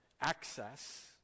access